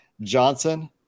johnson